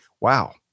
Wow